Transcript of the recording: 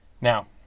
now